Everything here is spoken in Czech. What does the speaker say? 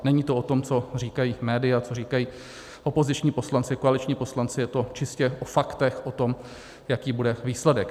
Není to o tom, co říkají média, co říkají opoziční poslanci, koaliční poslanci, je to čistě o faktech, jaký bude výsledek.